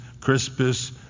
Crispus